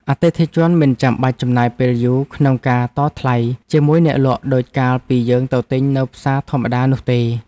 អតិថិជនមិនចាំបាច់ចំណាយពេលយូរក្នុងការតថ្លៃជាមួយអ្នកលក់ដូចកាលពីយើងទៅទិញនៅផ្សារធម្មតានោះទេ។